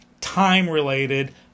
time-related